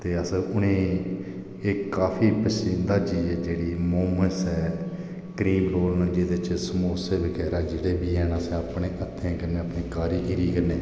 अस उनें ई इक काफी पसिदां चीज ऐ जेहड़ी मोमस ऐ एहदे च सोमसे बगेरा जेहडे बी ऐन आसें अपने हत्थें कन्नै अपनी कारीगिरी कन्नै